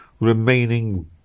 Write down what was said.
remaining